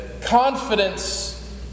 confidence